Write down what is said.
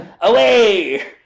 Away